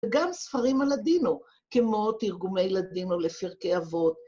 וגם ספרים על לדינו, כמו תרגומי לדינו לפרקי אבות.